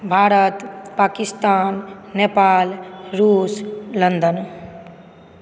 भारत पाकिस्तान नेपाल रूस लन्दन